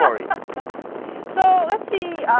mariko so let's see.